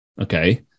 okay